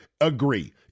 agree